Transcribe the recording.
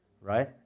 right